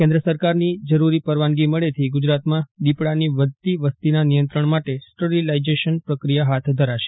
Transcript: કેન્દ્ર સરકારની જરૂરી પરવાનગી મળેથી ગુજરાતમાં દીપડાની વધતી વસ્તીના નિયંત્રણ માટે સ્ટરીલાઈઝેશન પ્રકિયા ફાથ ધરાશે